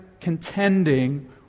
contending